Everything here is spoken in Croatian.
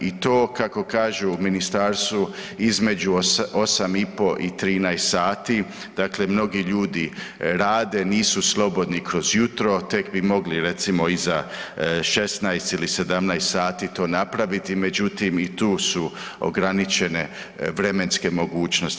I to kako kažu u ministarstvu između 8,30 i 13 sati, dakle mnogi ljudi rade nisu slobodni kroz jutro tek bi mogli recimo iza 16 ili 17 sati to napraviti međutim i tu su ograničene vremenske mogućnosti.